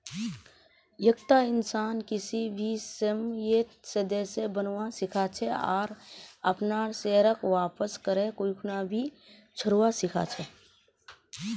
एकता इंसान किसी भी समयेत सदस्य बनवा सीखा छे आर अपनार शेयरक वापस करे कोई खूना भी छोरवा सीखा छै